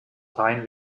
rein